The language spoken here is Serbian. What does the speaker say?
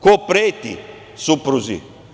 Ko preti supruzi?